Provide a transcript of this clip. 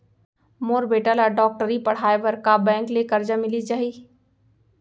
मोर बेटा ल डॉक्टरी पढ़ाये बर का बैंक ले करजा मिलिस जाही?